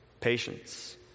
patience